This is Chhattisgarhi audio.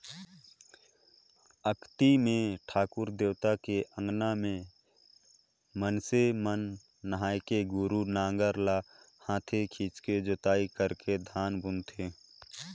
अक्ती मे ठाकुर देवता के अंगना में मइनसे मन नहायके गोरू नांगर ल हाथे खिंचके जोताई करके धान बुनथें